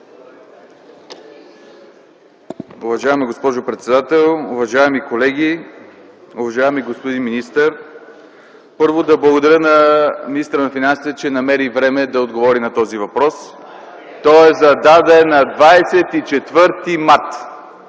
Уважаема госпожо председател, уважаеми колеги! Уважаеми господин министър! Първо да благодаря на министъра на финансите, че намери време да отговори на този въпрос. РЕПЛИКА ОТ ГЕРБ: Хайде